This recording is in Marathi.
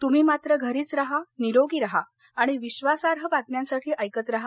तुम्ही मात्र घरीच राहा निरोगी राहा आणि विधासार्ह बातम्यासाठी ऐकत राहा